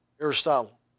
Aristotle